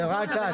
זה רק את.